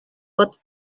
pot